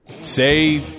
Say